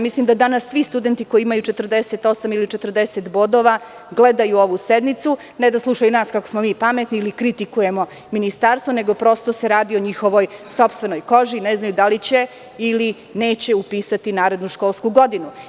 Mislim da danas svi studenti koji imaju 48 ili 40 bodova gledaju ovu sednicu, ne da slušaju nas kako smo pametni ili kako kritikujemo ministarstvo, nego se prosto radi o njihovoj sopstvenoj koži, da znaju da li će ili neće upisati narednu školsku godinu.